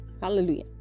Hallelujah